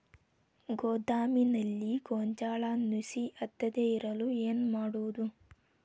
ಗೋದಾಮಿನಲ್ಲಿ ಗೋಂಜಾಳ ನುಸಿ ಹತ್ತದೇ ಇರಲು ಏನು ಮಾಡುವುದು?